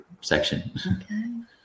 section